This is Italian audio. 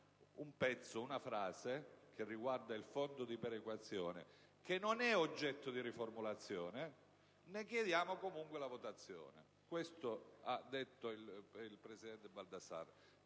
vi è una frase che riguarda il fondo di perequazione che non è oggetto di riformulazione, ne chiediamo comunque la votazione. Questo ha detto il presidente Baldassarri.